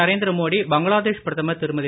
நரேந்திர மோடி பங்களாதேஷ் பிரதமர் திருமதி